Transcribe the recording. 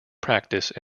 practice